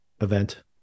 event